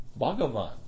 Bhagavan